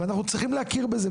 אנחנו צריכים להכיר בכך,